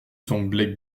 semblait